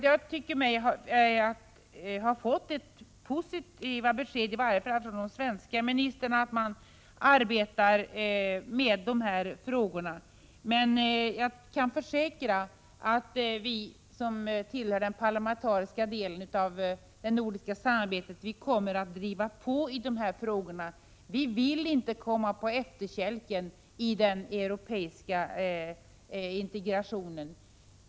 Jag tycker mig ha fått ett positivt besked, i varje fall från de svenska ministrarna, om att man arbetar med dessa frågor. Jag kan försäkra att vi som tillhör den parlamentariska delen av det nordiska samarbetet kommer att driva på i dessa frågor. Vi vill inte komma på efterkälken i den europeiska integrationen.